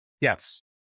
yes